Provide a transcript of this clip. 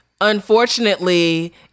unfortunately